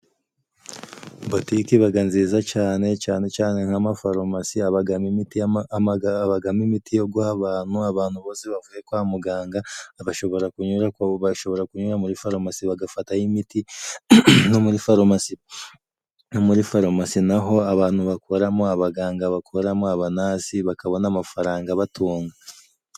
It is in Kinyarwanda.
Botiki ibaga nziza cane. Cane cane nk'amafarumasi habagamo imiti yo guha abantu. Abantu bose bavuye kwa muganga bashobora kunyura bashobora kunyura muri farumasi bagafatayo imiti, no muri farumasi muri farumasi na ho abantu bakoramo, abaganga bakoramo abanasi, bakabona amafaranga abatunga.